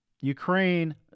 Ukraine